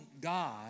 God